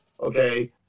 okay